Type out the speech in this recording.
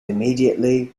immediately